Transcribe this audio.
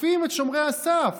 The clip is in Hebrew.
תוקפים את שומרי הסף,